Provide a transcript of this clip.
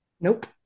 Nope